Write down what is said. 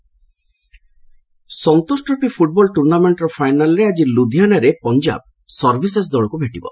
ସନ୍ତୋଷ trophy Santosh trophy football ଟୁର୍ଣ୍ଣାମେଣ୍ଟର ଫାଇନାଲରେ ଆଜି ଲୁଧିଆନାରେ ପଞ୍ଜାବ ସର୍ଭିସେସ୍ ଦଳକୁ ଭେଟିବ